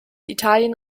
italien